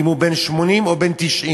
אם הוא בן 80 או בן 90?